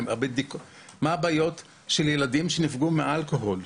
מה הבעיות של ילדים שנפגעו מאלכוהול?